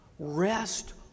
Rest